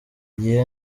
gihe